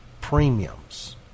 premiums